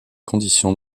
conditions